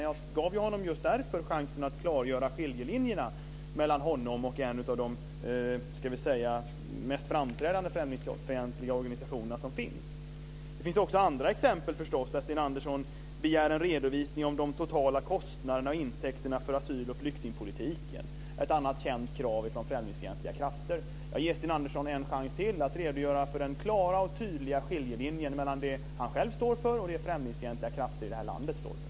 Jag gav honom just därför chansen att klargöra skiljelinjerna mellan honom och en av de mest framträdande främlingsfientliga organisationer som finns. Det finns förstås också andra exempel. Sten Andersson begär en redovisning av de totala kostnaderna och intäkterna för asyl och flyktingpolitiken. Det är ett annat känt krav från främlingsfientliga krafter. Jag ger Sten Andersson en chans till att redogöra för den klara och tydliga skiljelinjen mellan det han själv står för och det främlingsfientliga krafter i det här landet står för.